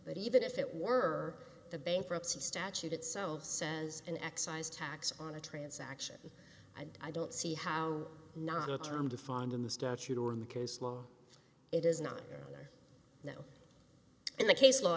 but even if it were the bankruptcy statute itself says an excise tax on a transaction i don't see how not a term defined in the statute or in the case law it is not there know in the case law